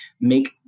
make